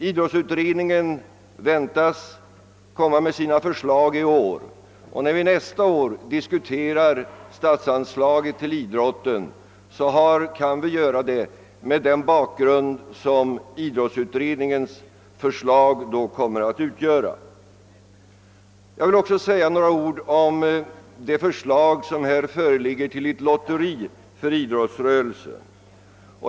Idrottsutredningen väntas komma med dessa förslag i år. När vi nästa år diskuterar statsanslaget till idrotten, kan vi göra detta mot den bakgrund som idrottsutredningens förslag då kommer att utgöra. Jag vill också säga några ord om det förslag som här föreligger om ett lotteri för idrottsrörelsen.